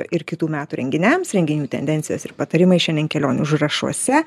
ir kitų metų renginiams renginių tendencijos ir patarimai šiandien kelionių užrašuose